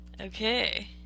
okay